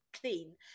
clean